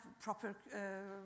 proper